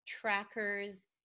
trackers